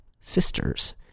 sisters